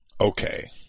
Okay